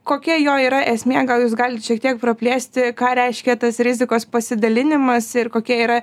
kokia jo yra esmė gal jūs galit šiek tiek praplėsti ką reiškia tas rizikos pasidalinimas ir kokie yra